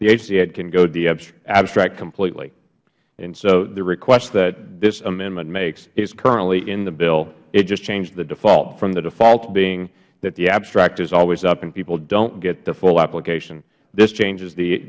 the agency can go the abstract completely so the request that this amendment makes is currently in the bill it just changes the default from the default being that the abstract is always up and people dont get the full application this changes